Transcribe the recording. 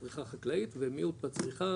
צריכה חקלאית ומיעוט בצריכה